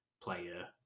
player